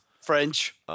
French